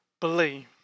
believe